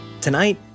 tonight